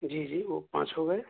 جی جی وہ پانچ ہو گئے